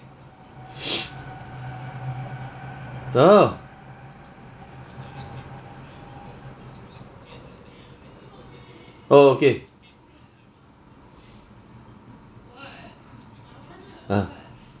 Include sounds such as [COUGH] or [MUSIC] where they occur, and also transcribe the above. [BREATH] oh oh okay ah